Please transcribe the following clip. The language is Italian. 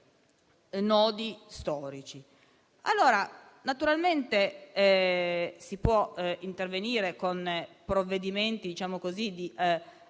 nodi storici. Naturalmente si può intervenire con provvedimenti di